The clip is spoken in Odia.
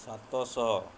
ସାତଶହ